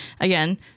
Again